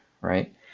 right